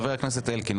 חבר הכנסת אלקין,